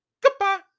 Goodbye